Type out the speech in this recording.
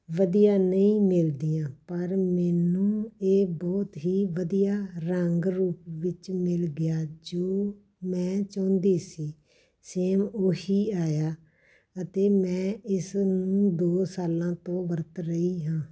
ਵਧੀਆ ਨਹੀਂ ਮਿਲਦੀਆਂ ਪਰ ਮੈਨੂੰ ਇਹ ਬਹੁਤ ਹੀ ਵਧੀਆ ਰੰਗ ਰੂਪ ਵਿੱਚ ਮਿਲ ਗਿਆ ਜੋ ਮੈਂ ਚਾਹੁੰਦੀ ਸੀ ਸੇਮ ਉਹ ਹੀ ਆਇਆ ਅਤੇ ਮੈਂ ਇਸਨੂੰ ਦੋ ਸਾਲਾਂ ਤੋਂ ਵਰਤ ਰਹੀ ਹਾਂ